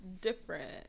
different